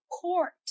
court